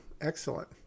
excellent